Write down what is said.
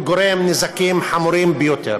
גורם נזקים חמורים ביותר.